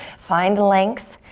find length.